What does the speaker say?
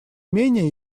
менее